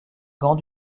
gants